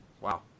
Wow